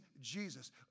Jesus